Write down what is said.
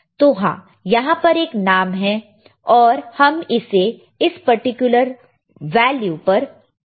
तो हां यहां पर एक नॉब् है और हम इसे इस पर्टिकुलर वैल्यू पर कनेक्ट कर सकते हैं